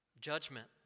judgment